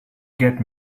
get